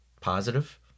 positive